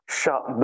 shut